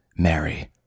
Mary